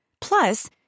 Plus